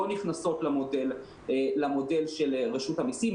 שלא נכנסות למודל של רשות המסים.